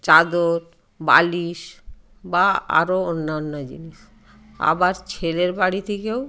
চাদর বালিশ বা আরো অন্যান্য জিনিস আবার ছেলের বাড়ি থেকেও